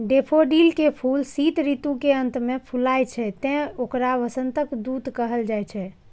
daffodil के फूल शीत ऋतु के अंत मे फुलाय छै, तें एकरा वसंतक दूत कहल जाइ छै